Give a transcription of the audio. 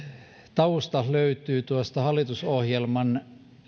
tausta löytyy tuosta hallitusohjelman